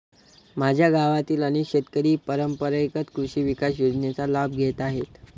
माझ्या गावातील अनेक शेतकरी परंपरेगत कृषी विकास योजनेचा लाभ घेत आहेत